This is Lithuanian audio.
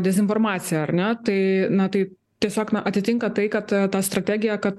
dezinformacija ar ne tai na tai tiesiog atitinka tai kad ta strategija kad